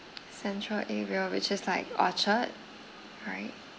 central area which is like orchard right